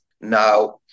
Now